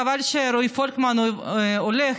חבל שרועי פולקמן הולך,